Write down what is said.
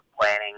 planning